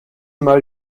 mal